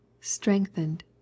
strengthened